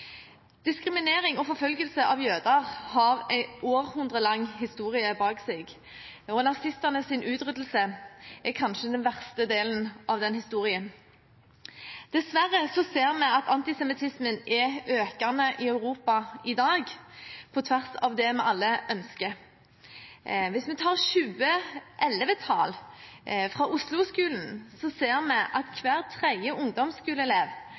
Diskriminering og forfølgelse av jøder har en århundrelang historie bak seg, og nazistenes utryddelse er kanskje den verste delen av den historien. Dessverre ser vi at antisemittismen er økende i Europa i dag, på tvers av det vi alle ønsker. Hvis vi tar 2011-tall fra Osloskolen, ser vi at hver tredje